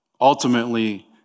ultimately